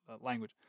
language